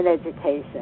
education